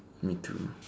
me too